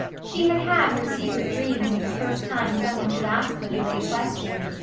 she had had her secret dreams of the first time some one should ask her the great question.